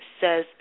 says